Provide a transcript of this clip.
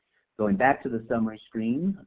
going back to the summary screen,